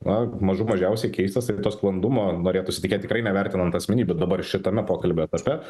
na mažų mažiausiai keistas ir to sklandumo norėtųsi tikėt tikrai nevertinant asmenybių dabar šitame pokalbio etape